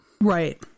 Right